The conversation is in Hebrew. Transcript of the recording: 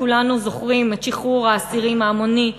כולנו זוכרים את שחרור האסירים ההמוני ל"חמאס"